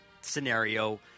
scenario